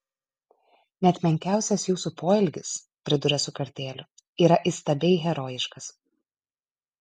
net menkiausias jūsų poelgis priduria su kartėliu yra įstabiai herojiškas